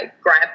grab